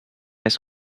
ice